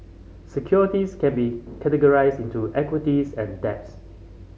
securities can be categorized into equities and debts